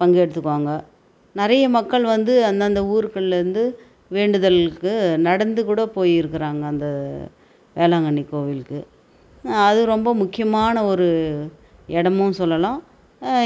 பங்கெடுத்துக்குவாங்க நிறைய மக்கள் வந்து அந்தந்த ஊர்க்கள்லருந்து வேண்டுதலுக்கு நடந்துக்கூட போயிருக்கிறாங்க அந்த வேளாங்கண்ணி கோயிலுக்கு அது ரொம்ப முக்கியமான ஒரு இடமும் சொல்லலாம்